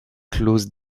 close